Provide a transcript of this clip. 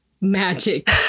magic